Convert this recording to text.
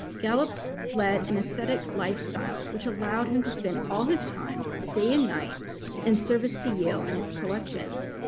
gallup led an ascetic lifestyle which allowed him to spend all his time day and night and service to yale and its collections.